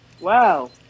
Wow